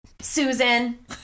Susan